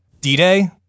D-Day